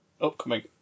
upcoming